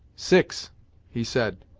six he said,